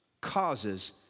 causes